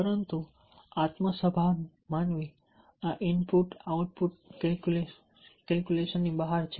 પરંતુ આત્મ સભાન માનવી આ ઇનપુટ આઉટપુટ કેલ્ક્યુલસની બહાર છે